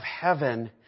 heaven